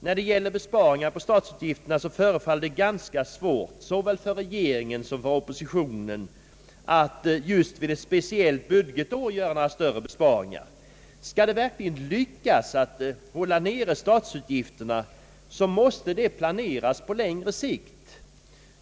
När det gäller besparingar på statsutgifterna förefaller det ganska svårt såväl för regeringen som för oppositionen att just vid ett speciellt budgetår göra några större besparingar. Skall det verkligen lyckas att hålla nere statsutgif terna, måste man planera på längre sikt.